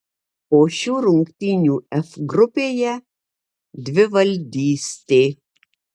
po šių rungtynių f grupėje dvivaldystė